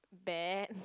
bad